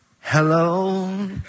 Hello